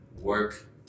work